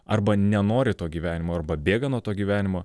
arba nenori to gyvenimo arba bėga nuo to gyvenimo